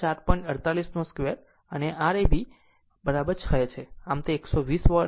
48 2 અને R ab 6 છે આમ તે 120 વોટ છે